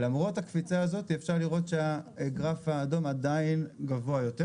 למרות הקפיצה הזאת אפשר לראות שהגרף האדום עדיין גבוה יותר,